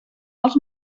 als